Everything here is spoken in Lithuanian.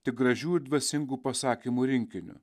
tik gražių ir dvasingų pasakymų rinkiniu